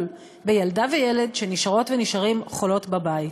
בילדה ובילד שנשארת ונשאר חולות בבית.